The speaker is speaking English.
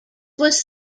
was